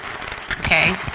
Okay